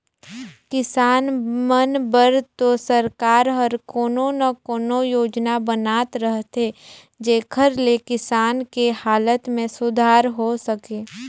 किसान मन बर तो सरकार हर कोनो न कोनो योजना बनात रहथे जेखर ले किसान के हालत में सुधार हो सके